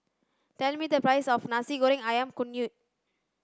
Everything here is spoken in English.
tell me the price of nasi goreng ayam kunyit